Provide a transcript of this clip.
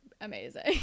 amazing